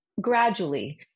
gradually